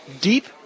deep